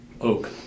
oak